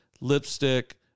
lipstick